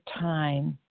time